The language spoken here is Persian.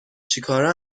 چیکاره